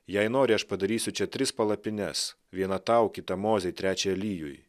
jei nori aš padarysiu čia tris palapines vieną tau kitą mozei trečią elijui